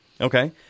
Okay